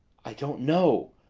i don't know,